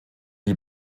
die